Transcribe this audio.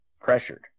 pressured